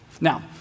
Now